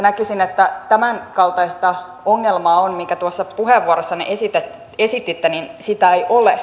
näkisin että tämänkaltaista ongelmaa minkä tuossa puheenvuorossa esititte ei ole